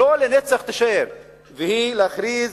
שלא תישאר לנצח, והיא להכריז